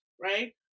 right